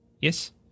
Yes